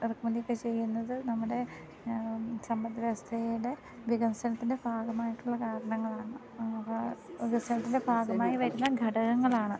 ഇറക്കുമതിയൊക്കെ ചെയ്യുന്നത് നമ്മുടെ സമ്പത്ത് വ്യവസ്ഥയുടെ വികസനത്തിൻ്റെ ഭാഗമായിട്ടുള്ള കാരണങ്ങളാണ് വികസനത്തിൻ്റെ ഭാഗമായി വരുന്ന ഘടകങ്ങളാണ്